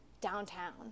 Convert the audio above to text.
downtown